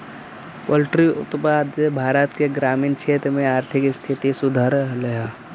poultry उत्पाद से भारत के ग्रामीण क्षेत्र में आर्थिक स्थिति सुधर रहलई हे